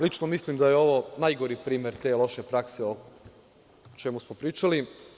Lično mislim da je ovo najgori primer te loše prakse o čemu smo pričali.